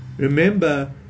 Remember